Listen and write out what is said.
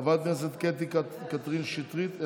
חברת הכנסת קטי קטרין שטרית,